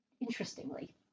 interestingly